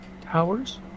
towers